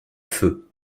feu